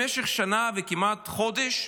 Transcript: במשך שנה וכמעט חודש,